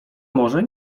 może